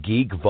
Geek